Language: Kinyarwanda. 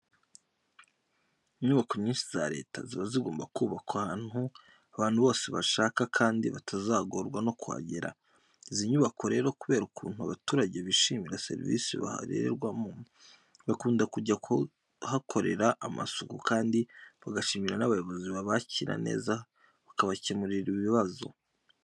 Inyubako nyinshi za leta ziba zigomba kubakwa ahantu abantu bose bashaka kandi batazagorwa no kuhagera. Izi nyubako rero kubera ukuntu abaturage bishimira serivise bahererwamo, bakunda kujya kuhakorera amasuku kandi bagashimira n'abayobozi babakira neza bakabakemurira ibibazo.